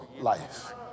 life